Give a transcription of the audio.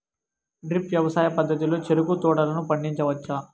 drip వ్యవసాయ పద్ధతిలో చెరుకు తోటలను పండించవచ్చా